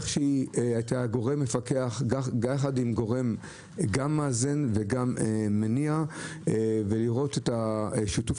כגורם מפקח יחד עם גורם מאזן ומניע ולראות את שיתוף